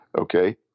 okay